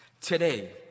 today